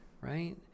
right